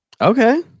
Okay